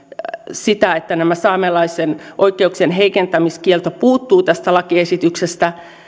sitä että saamelaisten oikeuksien heikentämiskielto puuttuu tästä lakiesityksestä